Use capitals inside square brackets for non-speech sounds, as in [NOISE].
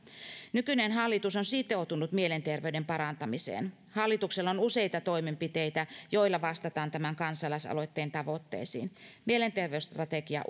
nykyinen hallitus on sitoutunut mielenterveyden parantamiseen hallituksella on useita toimenpiteitä joilla vastataan tämän kansalaisaloitteen tavoitteisiin mielenterveysstrategia [UNINTELLIGIBLE]